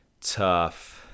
tough